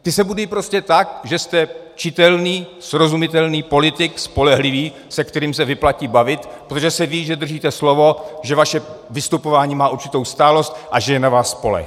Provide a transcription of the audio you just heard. Ty se budují prostě tak, že jste čitelný srozumitelný politik, spolehlivý, se kterým se vyplatí bavit, protože se ví, že držíte slovo, že vaše vystupování má určitou stálost a že je na vás spoleh.